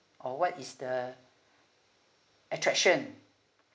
or what is the attraction